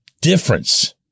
difference